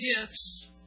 gifts